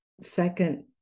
second